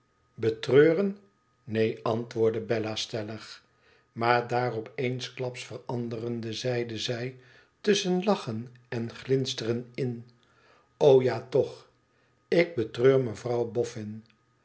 betreuren neen antwoordde bella stellig maar daarop eensklaps veranderende zeidezij tusschen lachen en glinsteren in ja toch ik betreur mevrouw boffin